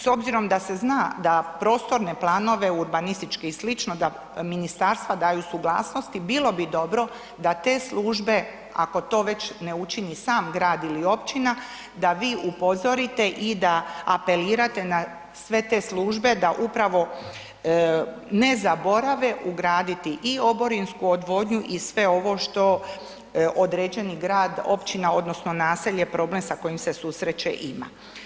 S obzirom da se zna da prostorne planove, urbanističke i sl. da ministarstva daju suglasnosti, bilo bi dobro da te službe, ako to već ne učini sam grad ili općina, da vi upozorite i da apelirate na sve te službe da upravo ne zaborave ugraditi i oborinsku odvodnju i sve ovo što određeni grad, općina, odnosno naselje, problem sa kojim se susreće, ima.